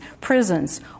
prisons